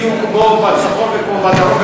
בדיוק כמו בצפון וכמו בדרום,